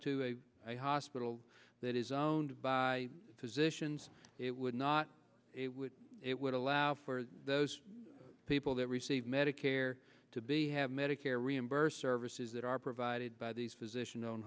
to a hospital that is owned by physicians it would not it would allow for those people that receive medicare to be have medicare reimburses services that are provided by these physician own